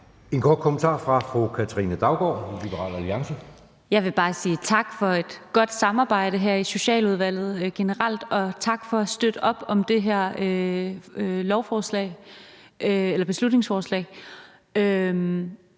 en kort bemærkning fra fru Katrine Daugaard,